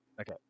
Okay